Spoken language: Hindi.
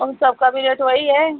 उन सबका भी रेट वही है